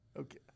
Okay